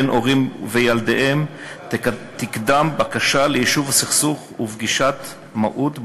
בין הורים וילדיהם תִקדם בקשה ליישוב הסכסוך ופגישת מהו"ת,